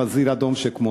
חזיר אדום שכמותך.